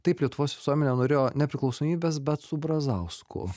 taip lietuvos visuomenė norėjo nepriklausomybės bet su brazausku